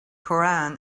koran